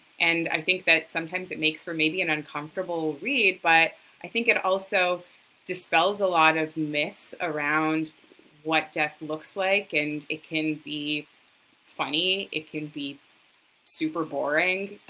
and i think that sometimes it makes for an uncomfortable read, but i think it also dispels a lot of myths around what death looks like and it can be funny. it can be super boring.